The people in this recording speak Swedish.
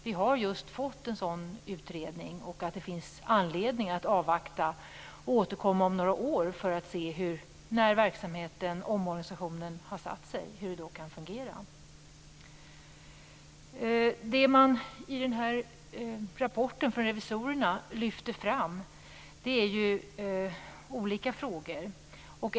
Vi har just fått en utredning. Det finns anledning att avvakta några år tills omorganisationen har satt sig för att se hur den då fungerar. Det är ju litet olika frågor som man lyfter fram i den här rapporten från revisorerna.